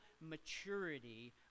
maturity